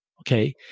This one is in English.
okay